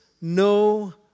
no